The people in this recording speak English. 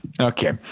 Okay